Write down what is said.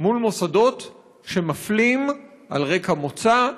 מול מוסדות שמפלים על רקע מוצא,